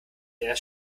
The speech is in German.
eher